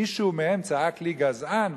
מישהו מהם צעק לי: גזען,